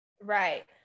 Right